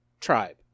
tribe